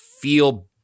feel